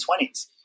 20s